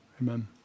amen